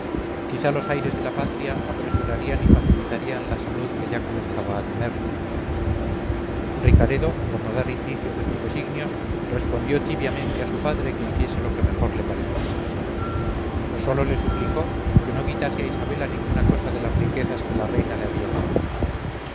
quizá los aires de la patria apresurarían y facilitarían la salud que ya comenzaba a tener ricaredo por no dar indicio de sus designios respondió tibiamente a su padre que hiciese lo que mejor le pareciese sólo le suplicó que no quitase a isabela ninguna cosa de las riquezas que la reina le había dado